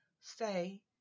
say